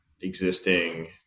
existing